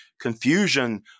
confusion